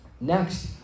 Next